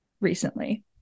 recently